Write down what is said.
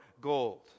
gold